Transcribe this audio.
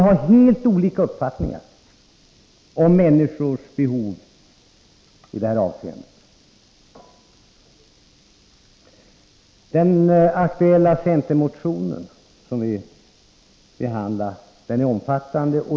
Vi har helt olika uppfattningar om människors behov i detta avseende. Den aktuella centermotionen är omfattande.